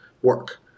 Work